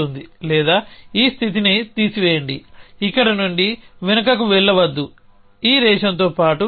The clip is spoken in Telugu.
లేదా ఈ స్థితిని తీసివేయండి ఇక్కడి నుండి వెనుకకు వెళ్లవద్దు ఈ రేషన్తో పాటు వెళ్లండి